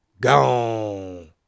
Gone